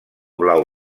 blau